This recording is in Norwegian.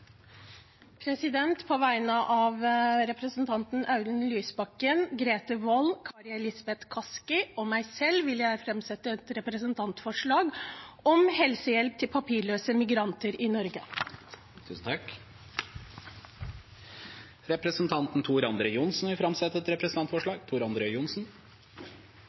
representantforslag. På vegne av representantene Audun Lysbakken, Grete Wold, Kari Elisabeth Kaski og meg selv vil jeg framsette et representantforslag om helsehjelp til papirløse migranter i Norge. Representanten Tor André Johnsen vil framsette et representantforslag.